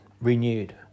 renewed